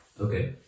Okay